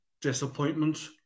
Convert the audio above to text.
disappointment